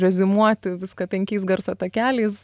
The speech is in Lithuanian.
reziumuoti viską penkiais garso takeliais